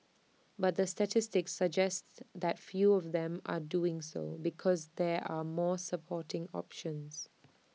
but the statistics suggest that fewer of them are doing so because there are more sporting options